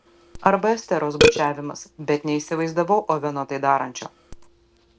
arba esteros bučiavimas bet neįsivaizdavau oveno tai darančio